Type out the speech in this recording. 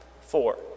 Four